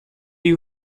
you